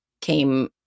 came